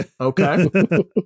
okay